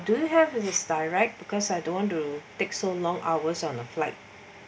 do you have with his direct because I don't want to take so long hours on the flight